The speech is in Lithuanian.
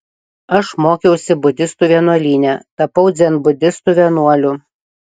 aš mokiausi budistų vienuolyne tapau dzenbudistų vienuoliu